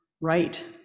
right